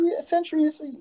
Centuries